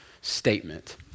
statement